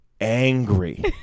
angry